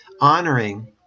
honoring